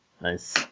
Nice